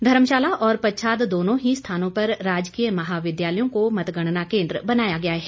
धर्मशाला और पच्छाद दोनों ही स्थानों पर राजकीय महाविद्यालयों को मतगणना कोन्द्र बनाया गया है